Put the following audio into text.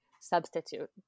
substitute